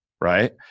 right